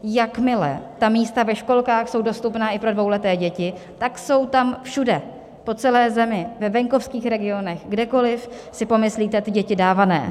Jakmile místa ve školkách jsou dostupná i pro dvouleté děti, tak jsou tam všude, po celé zemi, ve venkovských regionech, kdekoliv si pomyslíte, ty děti dávané.